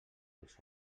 els